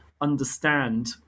understand